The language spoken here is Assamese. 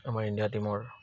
আমাৰ ইণ্ডিয়া টীমৰ